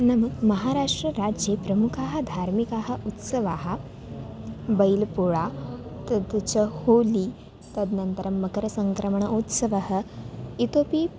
मम महाराष्ट्रराज्ये प्रमुखाः धार्मिकाः उत्सवाः बैलपुळा तद् च होली तद्नन्तरं मकरसङ्क्रमण उत्सवः इतोऽपि